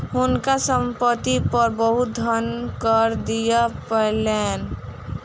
हुनका संपत्ति पर बहुत धन कर दिअ पड़लैन